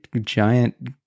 giant